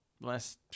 less